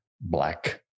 black